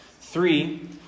Three